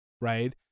right